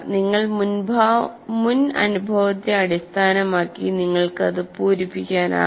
നിങ്ങളുടെ മുൻ അനുഭവത്തെ അടിസ്ഥാനമാക്കി നിങ്ങൾക്ക് അത് പൂരിപ്പിക്കാനാകും